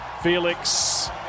Felix